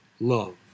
love